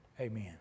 Amen